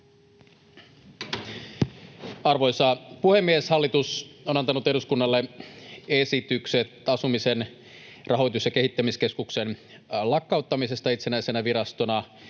Arvoisa puhemies! Hallitus on antanut eduskunnalle esitykset Asumisen rahoitus- ja kehittämiskeskuksen lakkauttamisesta itsenäisenä virastona